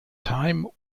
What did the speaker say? time